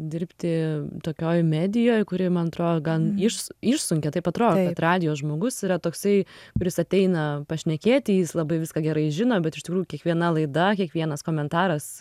dirbti tokioj medijoj kuri man atro gan iš išsunkia taip atro kad radijo žmogus yra toksai kuris ateina pašnekėti jis labai viską gerai žino bet iš tikrųjų kiekviena laida kiekvienas komentaras